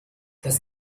das